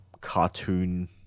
cartoon